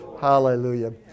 Hallelujah